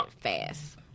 fast